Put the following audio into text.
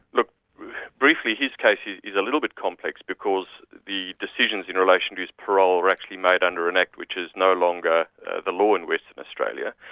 look briefly, his case is a little bit complex because the decisions in relation to his parole were actually made under an act which is no longer the law in western and australia.